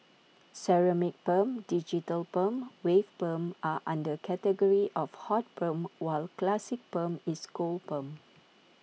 ceramic perm digital perm wave perm are under category of hot perm while classic perm is cold perm